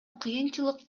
кыйынчылык